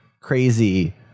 crazy